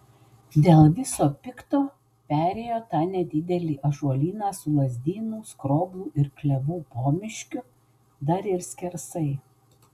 dėl viso pikto perėjo tą nedidelį ąžuolyną su lazdynų skroblų ir klevų pomiškiu dar ir skersai